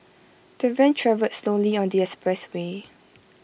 the van travelled slowly on the expressway